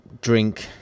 drink